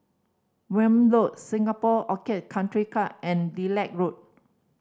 Welm Road Singapore Orchid Country Club and Lilac Road